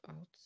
out